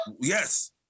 Yes